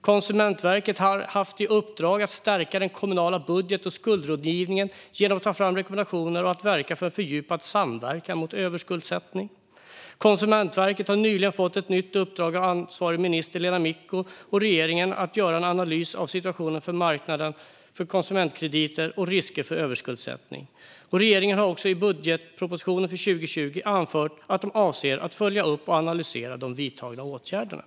Konsumentverket har haft i uppdrag att stärka den kommunala budget och skuldrådgivningen genom att ta fram rekommendationer och att verka för en fördjupad samverkan mot överskuldsättning. Konsumentverket har nyligen fått ett nytt uppdrag av ansvarig minister Lena Micko och regeringen om att göra en analys av situationen på marknaden för konsumentkrediter och risker för överskuldsättning. Regeringen har också i budgetpropositionen för 2020 anfört att den avser att följa upp och analysera de vidtagna åtgärderna.